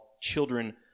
children